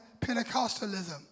Pentecostalism